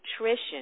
nutrition